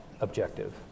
objective